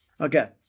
Okay